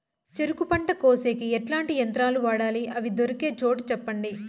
చెరుకు పంట కోసేకి ఎట్లాంటి యంత్రాలు వాడాలి? అవి దొరికే చోటు చెప్పండి?